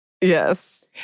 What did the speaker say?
Yes